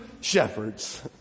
shepherds